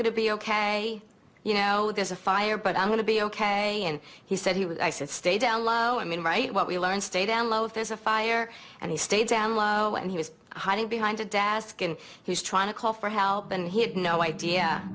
going to be ok you know there's a fire but i'm going to be ok and he said he would i said stay down low i mean right what we learned stay down low there's a fire and he stayed down low and he was hiding behind a desk and he was trying to call for help and he had no idea